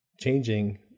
changing